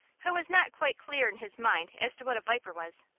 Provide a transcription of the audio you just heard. who was not quite clear in his mind as to what a viper was.